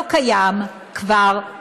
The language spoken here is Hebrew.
לא קיים כבר,